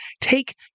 take